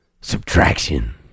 subtraction